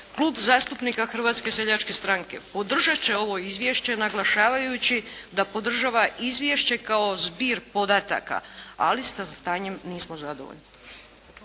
Klub zastupnika Hrvatske seljačke stranke podržat će ovo izvješće naglašavajući da podržava izvješće kao zbir podataka, ali sa stanje nismo zadovoljni.